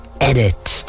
edit